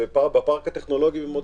בפארק הטכנולוגי במודיעין.